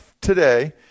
today